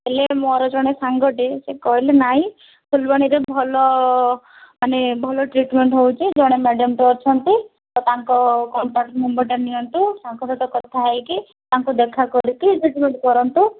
ହେଲେ ମୋର ଜଣେ ସାଙ୍ଗଟେ ସେ କହିଲେ ନାହିଁ ଫୁଲବାଣୀରେ ଭଲ ମାନେ ଭଲ ଟ୍ରିଟ୍ମେଣ୍ଟ ହେଉଛି ଜଣେ ମ୍ୟାଡ଼ାମ୍ ତ ଅଛନ୍ତି ତ ତାଙ୍କ କଣ୍ଟାକ୍ଟ ନମ୍ବରଟା ନିଅନ୍ତୁ ତାଙ୍କ ସହିତ କଥା ହେଇକି ତାଙ୍କୁ ଦେଖା କରିକି ଟ୍ରିଟ୍ମେଣ୍ଟ କରନ୍ତୁ